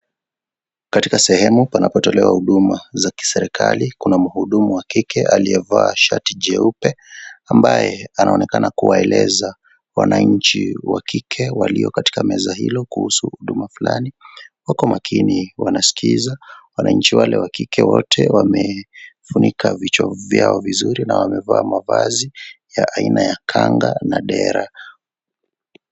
Katika sehemu panapotolewa huduma za kiserikali kuna mhudumu wa kike aliyevaa shati jeupe ambaye anaonekana kuwaeleza wananchi wa kike walio katika meza hilo kuhusu huduma fulani, wako makini wanaskiza wananchi wale wa kike wote wamefunika vichwa vyao vizuri na wamevaa mavazi ya aina ya kanga na dera.